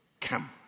Come